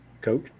Coach